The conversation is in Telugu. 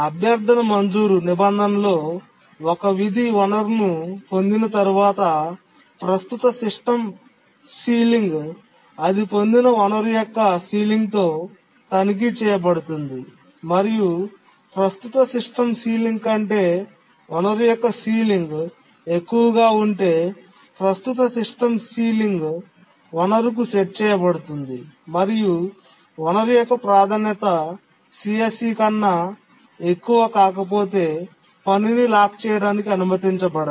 అభ్యర్థన మంజూరు నిబంధనలో ఒక విధి వనరును పొందిన తర్వాత ప్రస్తుత సిస్టమ్ సీలింగ్ అది పొందిన వనరు యొక్క సీలింగ్ తో తనిఖీ చేయబడుతుంది మరియు ప్రస్తుత సిస్టమ్ సీలింగ్ కంటే వనరు యొక్క సీలింగ్ ఎక్కువగా ఉంటే ప్రస్తుత సిస్టమ్ సీలింగ్ వనరుకు సెట్ చేయబడుతుంది మరియు వనరు యొక్క ప్రాధాన్యత CSC కన్నా ఎక్కువ కాకపోతే పనిని లాక్ చేయడానికి అనుమతించబడదు